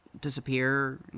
disappear